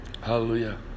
Hallelujah